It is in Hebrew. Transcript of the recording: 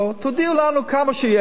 תודיעו לנו כמה יש,